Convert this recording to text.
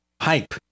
hype